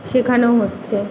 শেখানো হচ্ছে